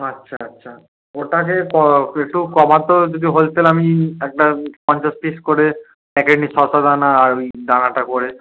আচ্ছা আচ্ছা ওটাকে একটু কমাতো যদি হলসেল আমি একটা পঞ্চাশ পিস করে প্যাকেট নি শসা দানা আর ওই দানাটা করে